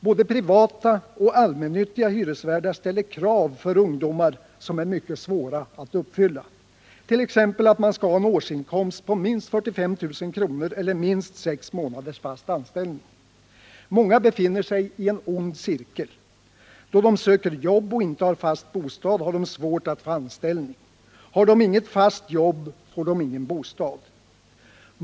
Både privata och allmännyttiga hyresvärdar ställer krav som för ungdomar är mycket svåra att uppfylla, t.ex. att man skall ha en årsinkomst på minst 45 000 kr. eller minst 6 månaders fast anställning. Många befinner sig i en ond cirkel. Då de söker arbete och inte har fast bostad har de svårt att få anställning. Har de inget fast arbete får de ingen bostad.